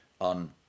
on